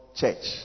church